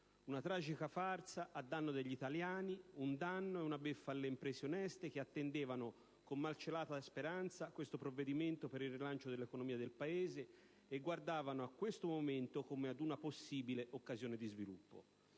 una tragica farsa a danno degli italiani, un danno e una beffa alle imprese oneste, che attendevano, con malcelata speranza, tale provvedimento per il rilancio dell'economia del Paese e guardavano a questo momento come ad una possibile occasione di sviluppo.